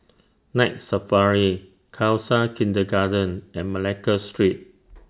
Night Safari Khalsa Kindergarten and Malacca Street